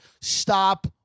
Stop